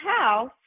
house